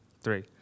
three